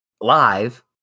live